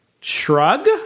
shrug